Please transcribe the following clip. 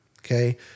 okay